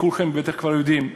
כולכם בטח כבר יודעים,